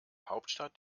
hauptstadt